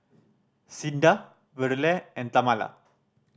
Cinda Verle and Tamala